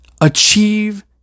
Achieve